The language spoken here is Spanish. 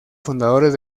fundadores